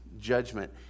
judgment